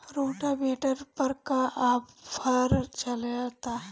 Rotavator पर का offer चलता?